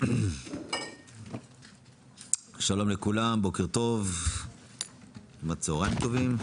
שלום וברכה, צוהריים טובים.